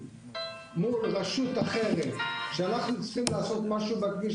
מול רשות אחרת כשאנחנו צריכים לעשות משהו בכביש,